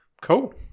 cool